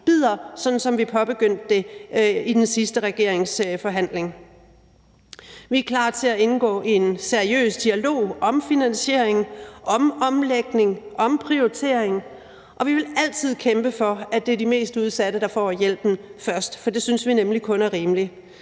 bidder, som vi påbegyndte det i den sidste regeringsforhandling. Vi er klar til at indgå i en seriøs dialog om finansiering, om omlægning og om prioritering, og vi vil altid kæmpe for, at det er de mest udsatte, der får hjælpen først, for det synes vi nemlig kun er rimeligt.